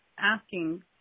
asking